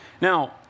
Now